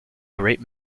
great